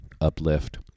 uplift